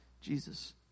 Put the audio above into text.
Jesus